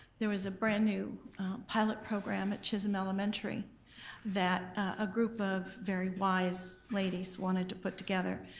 there was a brand new pilot program at chisholm elementary that a group of very wise ladies wanted to put together.